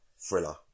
thriller